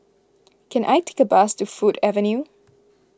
can I take a bus to Ford Avenue